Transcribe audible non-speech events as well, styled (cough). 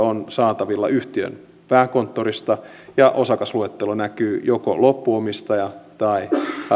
(unintelligible) on saatavilla yhtiön pääkonttorista ja osakasluettelossa näkyy joko loppuomistaja tai